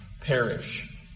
Perish